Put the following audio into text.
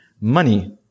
money